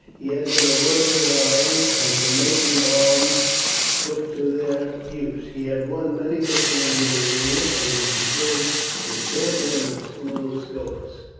he had been a worker in iron, and from making arms took to their use. he had won many victories in the arena, and was considered the champion of the school of scopus,